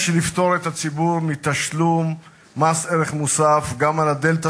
יש לפטור את הציבור מתשלום מס ערך מוסף גם על הדלתא